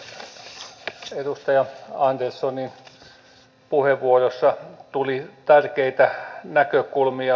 tässä edustaja anderssonin puheenvuorossa tuli tärkeitä näkökulmia